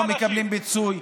גם לא מקבלים פיצוי,